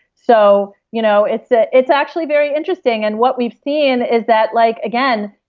so you know it's ah it's actually very interesting. and what we've seen is that, like again,